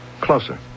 Closer